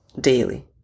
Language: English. daily